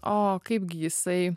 o kaipgi jisai